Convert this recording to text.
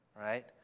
right